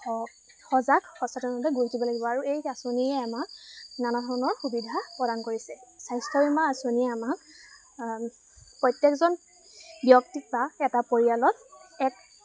সজাগ সচেতনতা গঢ়ি তুলিব লাগিব আৰু এই আঁচনিয়ে আমাক নানা ধৰণৰ সুবিধা প্ৰদান কৰিছে স্বাস্থ্য বীমা আঁচনিয়ে আমাক প্ৰত্যেকজন ব্যক্তিক বা এটা পৰিয়ালত এক